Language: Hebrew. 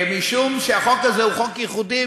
משום שהחוק הזה הוא חוק ייחודי,